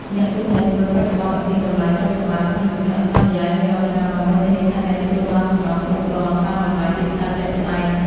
អ្នកគួរតែធ្វើបច្ចុប្បន្នភាព តម្លៃទ្រព្យសម្បត្តិ ក្នុងលិខិតសន្យារៀងរាល់ឆ្នាំ ដើម្បីធានាថាអ្នកទទួលបានសំណងគ្រប់គ្រាន់តាមតម្លៃទីផ្សារជាក់ស្ដែង។